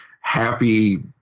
happy